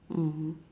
mmhmm